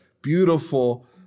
Beautiful